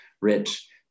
rich